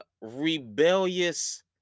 rebellious